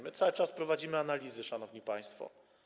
My cały czas prowadzimy analizy, szanowni państwo.